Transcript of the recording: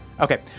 Okay